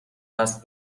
وصل